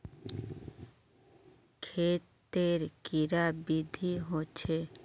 खेत तेर कैडा विधि होचे?